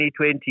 2020